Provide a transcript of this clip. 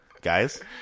guys